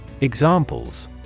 Examples